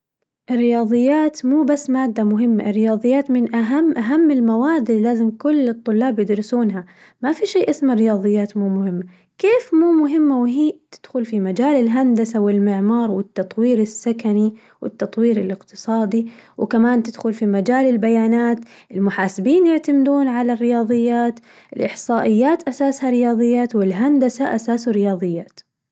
الرياضيات مو بس مادة مهمة، الرياضيات من أهم أهم المواد اللي لازم كل الطلاب يدرسونها، في شي اسمه رياضيات مو مهمة كيف مو مهمة وهي تدخل في مجال الهندسة والمعمار والتطوير السكني والتطوير الاقتصادي؟ وكمان تدخل في مجال البيانات المحاسبين يعتمدون على الرياضيات، الاحصائيات أساسها رياضيات والهندسة أساسها رياضيات.